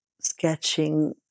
sketching